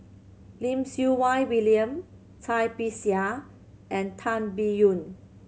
Lim Siew Wai William Cai Bixia and Tan Biyun